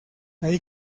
allí